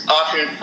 often